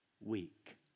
week